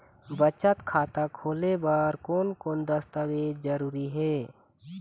बचत खाता खोले बर कोन कोन दस्तावेज जरूरी हे?